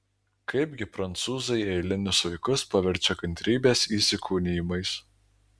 kaipgi prancūzai eilinius vaikus paverčia kantrybės įsikūnijimais